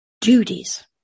duties